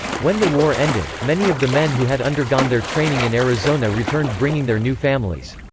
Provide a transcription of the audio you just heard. when the war ended, many of the men who had undergone their training in arizona returned bringing their new families.